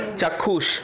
চাক্ষুষ